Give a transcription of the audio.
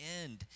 end